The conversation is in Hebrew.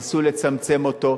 ניסו לצמצם אותו,